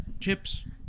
chips